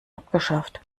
abgeschafft